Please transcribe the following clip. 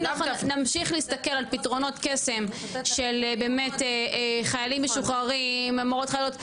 אם נמשיך להסתכל על פתרונות קסם של באמת חיילים משוחררים מורות חיילות,